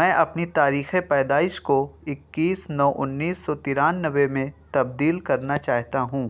میں اپنی تاریخ پیدائش کو اکیس نو انیس سو ترانوے میں تبدیل کرنا چاہتا ہوں